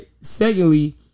secondly